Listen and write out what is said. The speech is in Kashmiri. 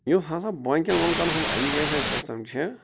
یُس ہسا باقِین مُلکن ہُنٛد ایٚجوکیشن سِسٹم چھِ